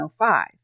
1905